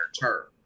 term